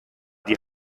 die